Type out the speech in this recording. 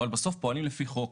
אבל בסוף פועלים על פי חוק.